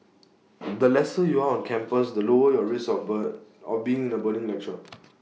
the lesser you are on campus the lower your risk of burn of being in A burning lecture